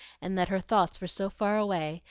and that her thoughts were so far away,